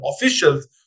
officials